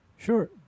Sure